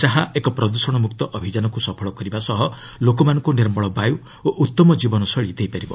ଯାହା ଏକ ପ୍ରଦ୍ଷଣ ମୁକ୍ତ ଅଭିଯାନକୁ ସଫଳ କରିବା ସହ ଲୋକମାନଙ୍କୁ ନିର୍ମଳ ବାୟୁ ଓ ଉତ୍ତମ କୀବନ ଶୈଳୀ ଦେଇପାରିବ